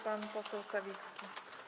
Pan poseł Sawicki.